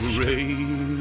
rain